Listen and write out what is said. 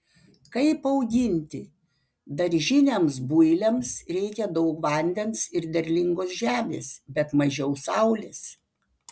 kaip auginti daržiniams builiams reikia daug vandens ir derlingos žemės bet mažiau saulės